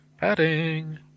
Padding